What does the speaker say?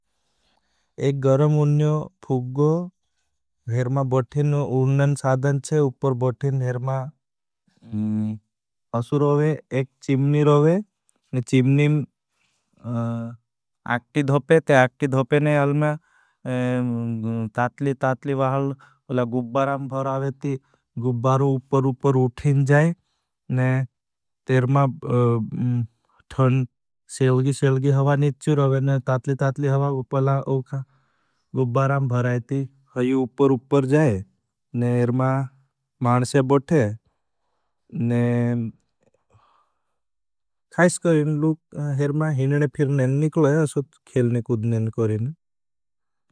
एक गरम उन्यो फुग्गो, भेरमा बठीन उन्नन सादन चे, उपर बठीन भेरमा असु रोवे, एक चिमनी रोवे। चिमनी आक्टी धोपे, ते आक्टी धोपे ने तातली तातली वहाल गुब्बारां भरावे ती, गुब्बारू उपर उपर उठीन जाए। ने एरमा माणस्या बठे, ने खाईस करें लुग, एरमा हिनने फिर नेन निकले, असोथ खेलने कुद नेन करें।